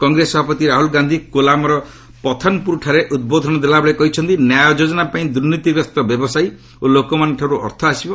କଂଗ୍ରେସ ସଭାପତି ରାହୁଲ୍ ଗାନ୍ଧି କୋଲାମ୍ର ପଥନପୁରଠାର ଉଦ୍ବୋଧନ ଦେଲାବେଳେ କହିଛନ୍ତି ନ୍ୟାୟ ଯୋଜନା ପାଇଁ ଦୁର୍ନୀତିଗ୍ରସ୍ତ ବ୍ୟବସାୟୀ ଓ ଲୋକମାନଙ୍କଠାରୁ ଅର୍ଥ ଆସିବ